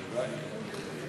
הלוואי, הלוואי.